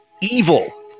Evil